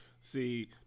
See